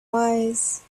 wise